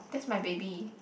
that's my baby